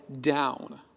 down